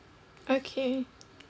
okay